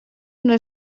una